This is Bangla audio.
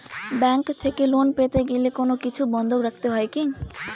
ব্যাংক থেকে লোন পেতে গেলে কোনো কিছু বন্ধক রাখতে হয় কি?